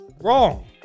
Wrong